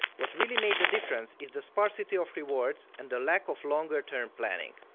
what really made the difference is the sparsity of rewards and the lack of longer-term planning.